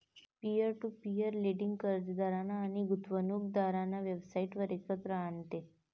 peer to peer lending कर्जदार आणि गुंतवणूकदारांना वेबसाइटवर एकत्र आणते